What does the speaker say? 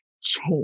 change